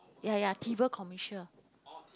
ya ya trivial commercial